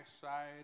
side